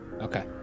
Okay